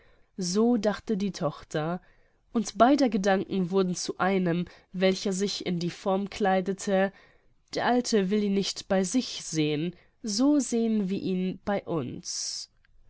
so dachte die tochter und beider gedanken wurden zu einem welcher sich in die form kleidete der alte will ihn nicht bei sich sehen so sehen wir ihn bei uns